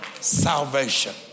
salvation